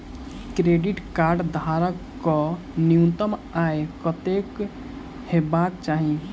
Credit card धारक कऽ न्यूनतम आय कत्तेक हेबाक चाहि?